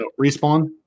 Respawn